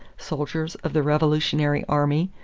soldiers of the revolutionary army,